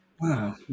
Wow